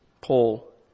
Paul